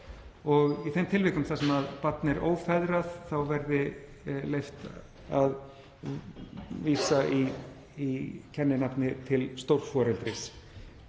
og í þeim tilvikum þar sem barn er ófeðrað verði leyft að vísa í kenninafni til stórforeldris.